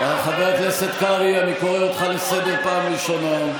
חבר הכנסת קרעי, אני קורא אותך לסדר פעם ראשונה.